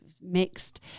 mixed